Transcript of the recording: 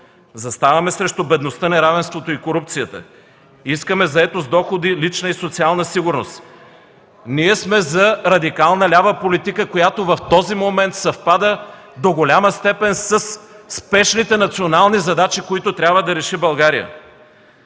Заставаме срещу бедността, неравенството и корупцията. Искаме заетост, доходи, лична и социална сигурност. Ние сме за радикална лява политика, която в този момент съвпада до голяма степен със спешните национални задачи, които трябва да реши България.